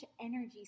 energy